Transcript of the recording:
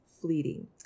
fleeting